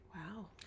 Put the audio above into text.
Wow